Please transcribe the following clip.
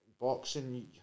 boxing